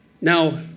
Now